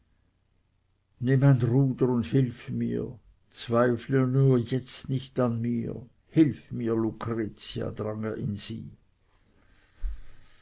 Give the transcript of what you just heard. ruder und hilf mir zweifle nur jetzt nicht an mir hilf mir lucretia drang er in sie